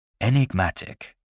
Enigmatic